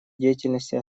деятельности